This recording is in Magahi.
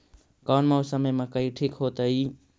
कौन मौसम में मकई ठिक होतइ?